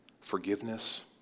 Forgiveness